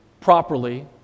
properly